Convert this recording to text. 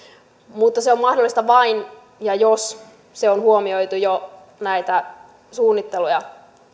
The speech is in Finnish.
mutta se on mahdollista vain jos se on huomioitu jo näitä suunnitteluja